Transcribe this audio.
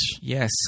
Yes